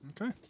Okay